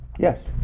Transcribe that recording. Yes